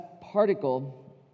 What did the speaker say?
particle